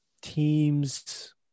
teams